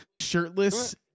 shirtless